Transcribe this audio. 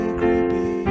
creepy